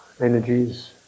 energies